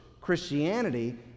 Christianity